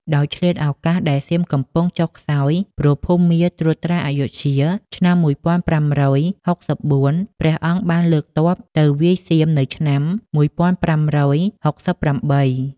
ដោយឆ្លៀតឱកាសដែលសៀមកំពុងចុះខ្សោយព្រោះភូមាត្រួតត្រាអយុធ្យា (ឆ្នាំ ១៥៦៤) ព្រះអង្គបានលើកទ័ពទៅវាយសៀមនៅឆ្នាំ ១៥៦៨។